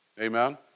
Amen